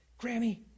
Grammy